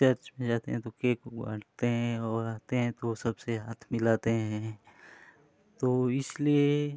church में जाते हैं तो केक उक बाँटते है और आते हैं तो सबसे हाथ मिलाते हैं तो इसलिये